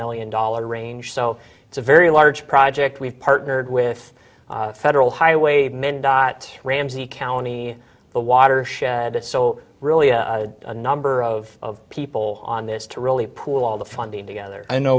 million dollars range so it's a very large project we've partnered with federal highway mendota ramsey county the watershed so really a number of people on this to really pull all the funding together i